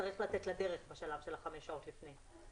יצטרך לצאת לדרך בשלב של חמש שעות לפני.